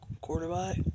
quarterback